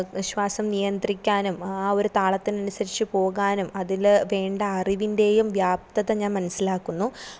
ശ്വാസം നിയന്ത്രിക്കാനും ആ ഒരു താളത്തിനനുസരിച്ച് പോകാനും അതിൽ വേണ്ട അറിവിൻ്റെയും വ്യാപ്തത ഞാൻ മനസ്സിലാക്കുന്നു